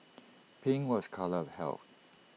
pink was colour of health